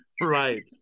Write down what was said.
Right